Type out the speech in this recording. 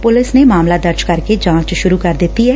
police ਨੇ ਮਾਮਲਾ ਦਰਜ ਕਰਕੇ ਜਾਂਚ ਸੁਰੂ ਕਰ ਦਿੱਤੀ ਏ